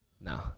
No